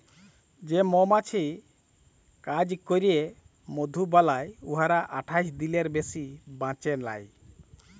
যে মমাছি কাজ ক্যইরে মধু বালাই উয়ারা আঠাশ দিলের বেশি বাঁচে লায়